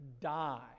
die